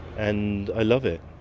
and i love it,